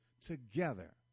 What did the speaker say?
together